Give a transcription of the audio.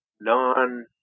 non